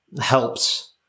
helps